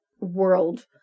world